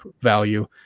value